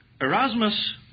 Erasmus